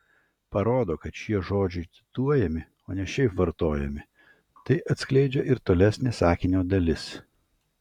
parodo kad šie žodžiai cituojami o ne šiaip vartojami tai atskleidžia ir tolesnė sakinio dalis